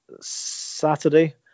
Saturday